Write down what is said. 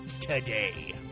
today